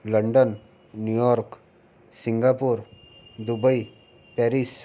London New York Singapore Dubai Paris